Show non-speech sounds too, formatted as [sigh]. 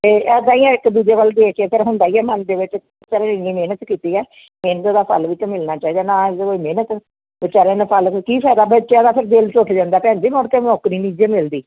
ਅਤੇ ਇੱਦਾਂ ਹੀ ਹੈ ਇੱਕ ਦੂਜੇ ਵੱਲ ਵੇਖ ਕੇ ਫਿਰ ਹੁੰਦਾ ਹੀ ਹੈ ਮਨ ਦੇ ਵਿੱਚ [unintelligible] ਇੰਨੀ ਮਿਹਨਤ ਕੀਤੀ ਹੈ ਮਿਹਨਤ ਦਾ ਫਲ ਵੀ ਤਾਂ ਮਿਲਣਾ ਚਾਹੀਦਾ ਨਾ ਇਹਦੇ 'ਚ ਮਿਹਨਤ ਵਿਚਾਰਿਆਂ ਨੇ ਫਲ ਫਿਰ ਕੀ ਫਾਇਦਾ ਬੱਚਿਆਂ ਦਾ ਫਿਰ ਦਿਲ ਟੁੱਟ ਜਾਂਦਾ ਭੈਣ ਜੀ ਮੁੜ ਕੇ ਨੌਕਰੀ ਨਹੀਂ ਜੇ ਮਿਲਦੀ